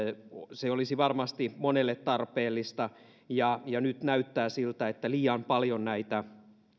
se olisi varmasti monelle tarpeellista nyt näyttää siltä että liian paljon näitä